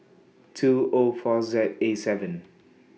two O four Z A seven